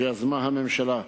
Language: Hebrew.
שיזמה הממשלה.